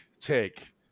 take